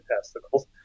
testicles